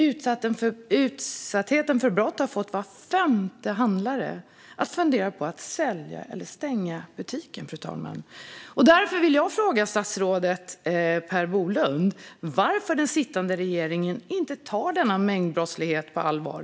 Utsattheten för brott har fått var femte handlare att fundera på att sälja eller stänga butiken, fru talman. Därför vill jag fråga statsrådet Per Bolund varför den sittande regeringen inte tar denna mängdbrottslighet på allvar.